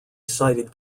cited